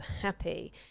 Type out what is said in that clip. happy